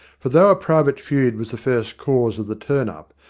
for though a private feud was the first cause of the turn-up,